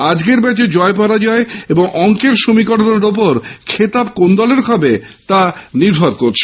আজকের ম্যাচ জয় পরাজয় এবং অস্কের সমীকরণে ওপর খেতাব কোন দলের হবে তা নির্ভর করছে